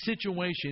situation